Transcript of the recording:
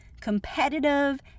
competitive